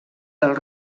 del